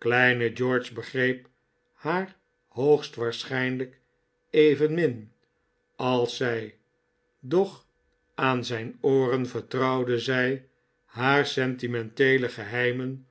kleine george begreep haar hoogstwaarschijnlijk evenmin als zij doch aan zijn ooren vertrouwde zij haar sentimenteele geheimen